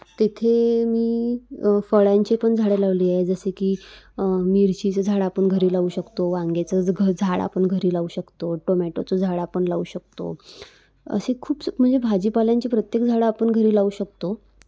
तेथे मी फळांची पण झाडं लावली आहे जसे की मिरचीचं झाड आपण घरी लावू शकतो वांगेचंच घ झाड आपण घरी लावू शकतो टोमॅटोचं झाड आपण लावू शकतो असे खूप म्हणजे भाजीपाल्यांची प्रत्येक झाडं आपण घरी लावू शकतो